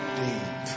deep